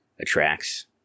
attracts